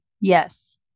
Yes